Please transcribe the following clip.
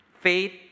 Faith